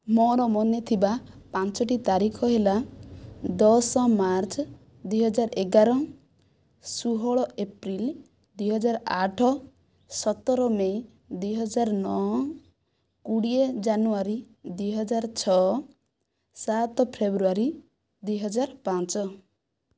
ମୋର ମନେ ଥିବା ପାଞ୍ଚଟି ତାରିଖ ହେଲା ଦଶ ମାର୍ଚ୍ଚ ଦୁଇ ହଜାର ଏଗାର ଷୋହଳ ଏପ୍ରିଲ ଦୁଇ ହଜାର ଆଠ ସତର ମେ ଦୁଇ ହଜାର ନଅ କୋଡ଼ିଏ ଜାନୁୟାରୀ ଦୁଇ ହଜାର ଛଅ ସାତ ଫେବୃଆରୀ ଦୁଇ ହଜାର ପାଞ୍ଚ